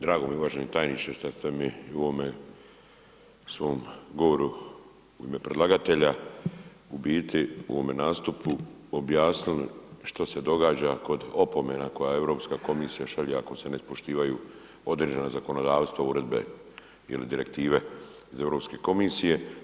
Drago mi je uvaženi tajniče šta ste mi u ovome svom govoru u ime predlagatelja u biti u ovome nastupu objasnili što se događa kod opomena koje Europska komisija šalje ako se ne ispoštivaju određena zakonodavstva uredbe ili direktive iz Europske komisije.